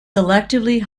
selectively